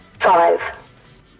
Five